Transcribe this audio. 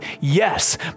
yes